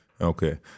Okay